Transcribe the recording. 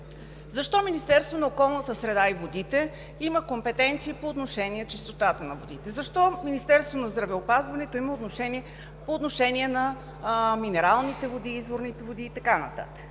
Защо Министерството на околната среда и водите има компетенции по отношение чистотата на водите? Защо Министерството на здравеопазването има компетенции по отношение минералните и изворните води? Та първата